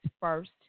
first